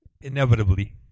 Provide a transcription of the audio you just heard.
inevitably